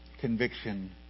conviction